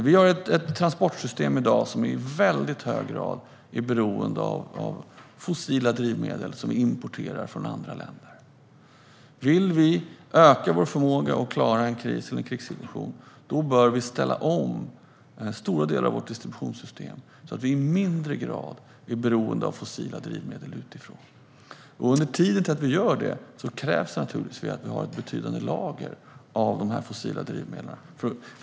Vi har i dag ett transportsystem som i väldigt hög grad är beroende av fossila drivmedel som vi importerar från andra länder. Vill vi öka vår förmåga att klara en kris eller en krigssituation bör vi ställa om stora delar av vårt distributionssystem, så att vi i lägre grad blir beroende av fossila drivmedel utifrån. Under tiden vi gör det krävs naturligtvis att vi har ett betydande lager av de fossila drivmedlen.